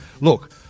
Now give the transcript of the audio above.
Look